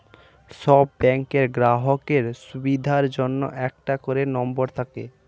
সব ব্যাংকের গ্রাহকের সুবিধার জন্য একটা করে নম্বর থাকে